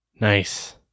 nice